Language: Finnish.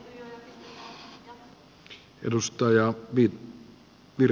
arvoisa puhemies